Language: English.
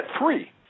free